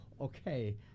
okay